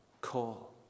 call